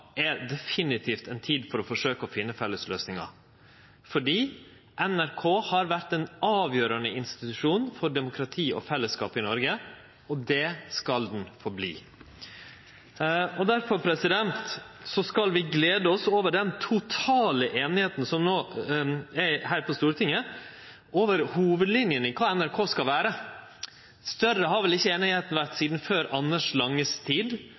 er definitivt ei tid for å forsøke å finne felles løysingar, for NRK har vore ein avgjerande institusjon for demokrati og fellesskap i Noreg – og det skal ho vere også framover. Difor skal vi gle oss over den totale einigheita som no er på Stortinget, om hovudlinjene for kva NRK skal vere. Større har vel ikkje einigheita vore sidan før Anders Lange si tid.